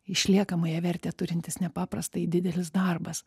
išliekamąją vertę turintis nepaprastai didelis darbas